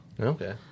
Okay